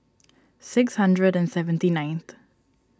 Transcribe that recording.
six hundred and seventy nineth